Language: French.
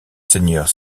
seigneurs